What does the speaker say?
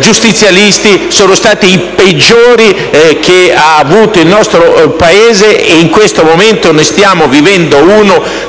giustizialisti, sono stati i peggiori che ha avuto il nostro Paese. In questo momento ne stiamo vivendo uno